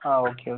ആ okay okay